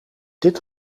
dit